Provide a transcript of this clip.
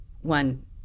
one